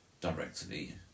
directly